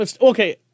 Okay